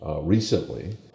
recently